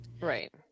Right